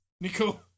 Nico